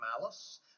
malice